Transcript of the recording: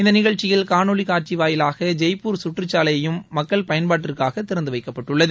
இந்த நிகழ்ச்சியில் காணொலி காட்சி வாயிலாக ஜெய்பூர் சுற்றுசாலையும் மக்கள் பயன்பாட்டிற்காக திறந்து வைக்கப்பட்டுள்ளது